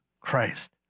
Christ